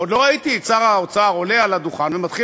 עוד לא ראיתי את שר האוצר עולה על הדוכן ומתחיל